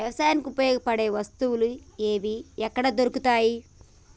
వ్యవసాయానికి ఉపయోగపడే వస్తువులు ఏవి ఎక్కడ దొరుకుతాయి?